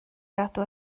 gadw